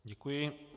Děkuji.